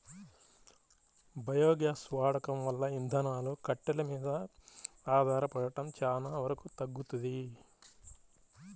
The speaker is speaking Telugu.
బయోగ్యాస్ వాడకం వల్ల ఇంధనాలు, కట్టెలు మీద ఆధారపడటం చానా వరకు తగ్గుతది